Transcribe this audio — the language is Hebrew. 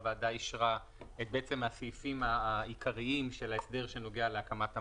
הוועדה אישרה את הסעיפים העיקריים של ההסדר שנוגע להקמת המאגר,